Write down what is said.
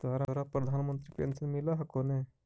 तोहरा प्रधानमंत्री पेन्शन मिल हको ने?